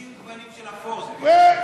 50 גוונים של אפור זה נהיה.